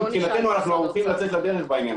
מבחינתנו אנחנו ערוכים לצאת לדרך בעניין הזה.